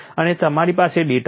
અને તમારી પાસે ડેટા પોઇન્ટ છે